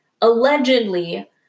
Allegedly